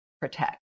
protect